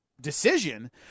decision